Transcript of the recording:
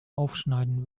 aufschneiden